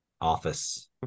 office